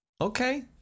Okay